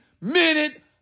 minute